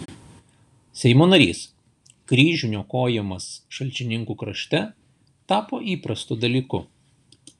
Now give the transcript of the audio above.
seimo narys kryžių niokojimas šalčininkų krašte tapo įprastu dalyku